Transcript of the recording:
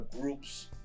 groups